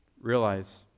realize